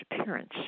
appearance